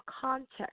context